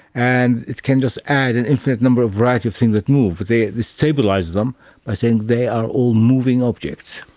and it can just add an infinite number of variety of things that move, but they stabilise them by saying they are all moving objects.